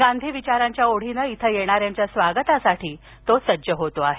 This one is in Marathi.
गांधी विचारांच्या ओढीनं इथं येणाऱ्यांच्या स्वागतासाठी तो सज्ज होतो आहे